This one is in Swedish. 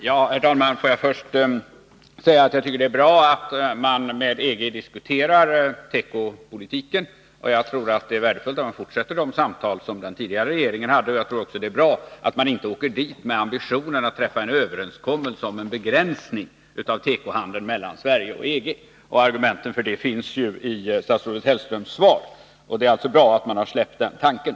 Herr talman! Får jag först säga att jag tycker att det är bra att man diskuterar tekopolitiken med EG. Jag tror att det är värdefullt om man fortsätter de samtal som den tidigare regeringen hade, och jag tror också att det är bra om man inte åker dit med ambitionen att träffa en överenskommelse om en begränsning av tekohandeln mellan Sverige och EG. Argumenten för det finns ju i statsrådet Hellströms svar. Det är alltså bra att man har släppt den tanken.